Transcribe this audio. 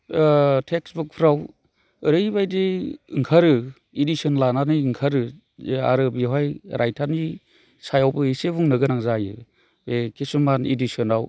टेक्सबुकफोराव ओरैबायदि ओंखारो एदिसोन लानानै ओंखारो जे आरो बेवहाय रायटारनि सायावबो एसे बुंनोगोनां जायो बे किसुमान एदिसोनाव